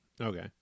Okay